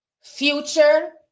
Future